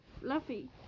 Fluffy